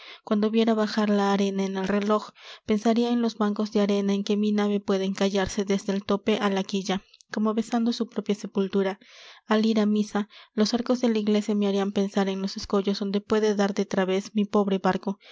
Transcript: cuando viera bajar la arena en el reloj pensaria en los bancos de arena en que mi nave puede encallarse desde el tope á la quilla como besando su propia sepultura al ir á misa los arcos de la iglesia me harian pensar en los escollos donde puede dar de traves mi pobre barco